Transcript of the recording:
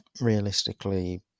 realistically